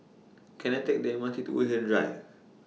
Can I Take The M R T to Woodhaven Drive